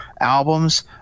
albums